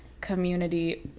community